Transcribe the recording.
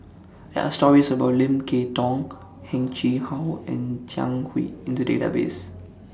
There Are stories about Lim Kay Tong Heng Chee How and Jiang Hu in The Database